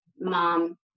mom